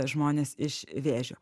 žmones iš vėžių